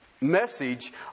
message